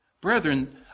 Brethren